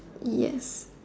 yes